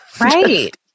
right